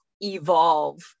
evolve